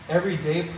everyday